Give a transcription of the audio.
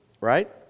Right